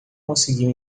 conseguiu